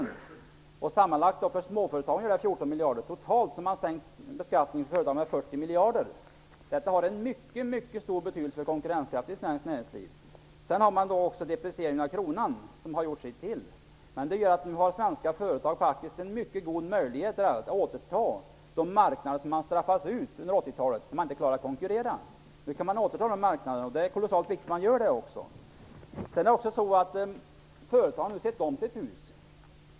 Sammanlagt har man sänkt skatter för småföretagen med 14 miljarder och för företagen totalt med 40 miljarder totalt. Detta har en mycket stor betydelse för konkurrenskraften i svenskt näringsliv. Deprecieringen av kronan har sedan gjort sitt. Det gör att svenska företag faktiskt har en mycket god möjlighet att återta de marknader som man tappade under 80-talet då man inte klarade att konkurrera. Det är kolossalt viktigt att återta dessa marknader. Företagen har också sett om sitt hus.